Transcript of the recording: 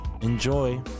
Enjoy